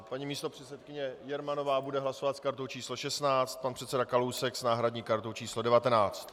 Paní místopředsedkyně Jermanová bude hlasovat s kartou číslo 16, pan předseda Kalousek s náhradní kartou číslo 19.